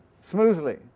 smoothly